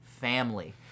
family